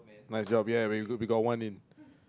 nice job ya we got we got one in